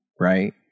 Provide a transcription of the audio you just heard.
right